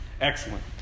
Excellent